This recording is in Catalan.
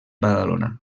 badalona